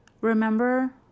remember